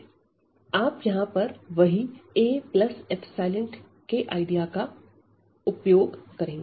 आप यहां पर वही a का आईडिया उपयोग में लेंगे